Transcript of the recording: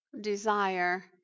desire